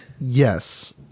Yes